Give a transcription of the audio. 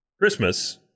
Christmas